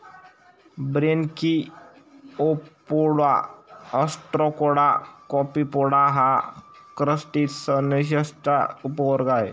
Branchiopoda, ostracoda, copepoda हा क्रस्टेसिअन्सचा एक उपवर्ग आहे